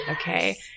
okay